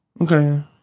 Okay